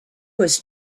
was